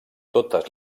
totes